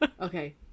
Okay